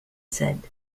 said